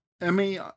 Emmy